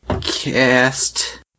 cast